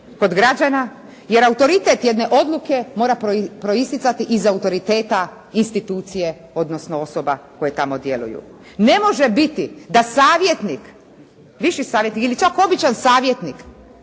jer autoritet jedne odluke mora proistjecati iz autoriteta institucije odnosno osoba koje tamo djeluju. Ne može biti da savjetnik, viši savjetnik ili čak običan savjetnik